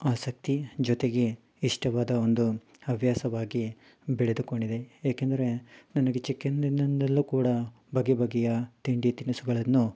ಆಸಕ್ತಿ ಜೊತೆಗೆ ಇಷ್ಟವಾದ ಒಂದು ಹವ್ಯಾಸವಾಗಿ ಬೆಳೆದುಕೊಂಡಿದೆ ಏಕೆಂದರೆ ನನಗೆ ಚಿಕ್ಕಂದಿಂದಲೂ ಕೂಡ ಬಗೆ ಬಗೆಯ ತಿಂಡಿ ತಿನಿಸುಗಳನ್ನು